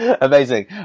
Amazing